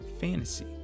fantasy